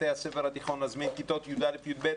את בתי הספר התיכוניים ולהזמין את כיתות י"א-י"ב,